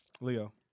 Leo